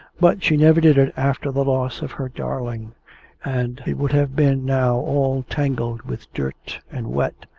but she never did it after the loss of her darling and it would have been now all tangled with dirt and wet,